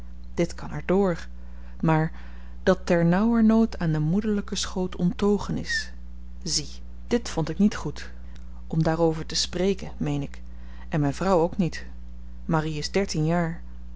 ligt dit kan er dr maar dat ter nauwer nood aan den moederlyken schoot onttogen is zie dit vond ik niet goed om daarover te spreken meen ik en myn vrouw ook niet marie is dertien jaar